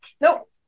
Nope